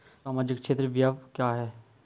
सामाजिक क्षेत्र व्यय क्या है?